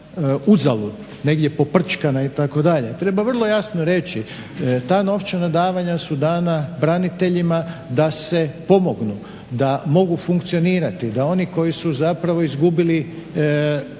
uzalud, negdje poprčkana itd. Treba vrlo jasno reći, ta novčana davanja su dana braniteljima da se pomognu, da mogu funkcionirati, da oni koji su zapravo izgubili mnogo